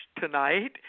tonight